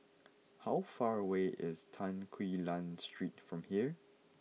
how far away is Tan Quee Lan Street from here